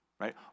right